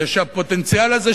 זה שהפוטנציאל הזה,